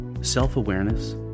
self-awareness